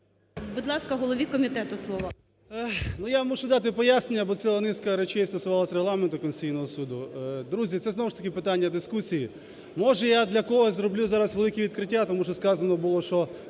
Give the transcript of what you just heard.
Будь ласка, голові комітету репліка.